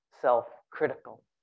self-critical